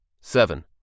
Seven